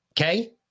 okay